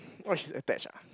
what she's attached ah